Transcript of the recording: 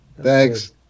Thanks